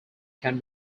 can